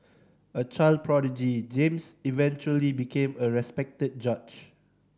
a child prodigy James eventually became a respected judge